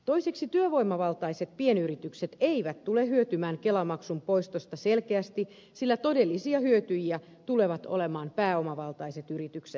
toiseksi työvoimavaltaiset pienyritykset eivät tule hyötymään kelamaksun poistosta selkeästi sillä todellisia hyötyjiä tulevat olemaan pääomavaltaiset yritykset